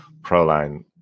Proline